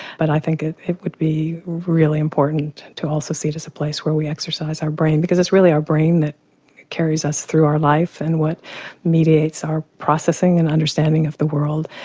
but i think it would be really important to also see it as a place where we exercise our brain. because it's really our brain that carries us throughout our life, and what mediates our processing and understanding of the world,